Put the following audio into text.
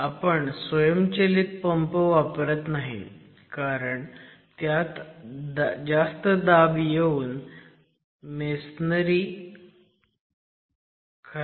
आपण स्वयंचलीत पंप वापरत नाही कारण त्यात जास्त दाब येऊन मेसनरी ला हानी पोहोचू शकते